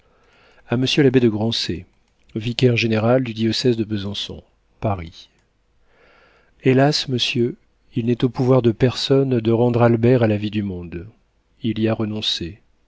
monsieur l'abbé de grancey vicaire-général du diocèse de besançon paris hélas monsieur il n'est au pouvoir de personne de rendre albert à la vie du monde il y a renoncé